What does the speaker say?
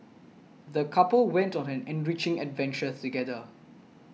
the couple went on an enriching adventure together